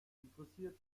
interessiert